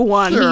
one